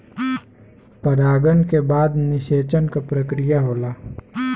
परागन के बाद निषेचन क प्रक्रिया होला